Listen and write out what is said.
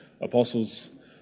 apostles